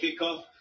kickoff